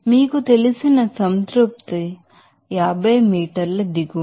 మీకు తెలిసిన 50 మీటర్ల దిగువన